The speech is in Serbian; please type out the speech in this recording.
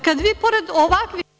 Kad vi, pored ovakvih…